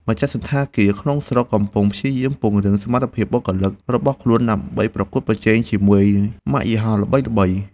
ម្ចាស់សណ្ឋាគារក្នុងស្រុកកំពុងព្យាយាមពង្រឹងសមត្ថភាពបុគ្គលិករបស់ខ្លួន ដើម្បីប្រកួតប្រជែងជាមួយម៉ាកយីហោល្បីៗ។